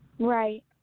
Right